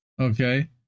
okay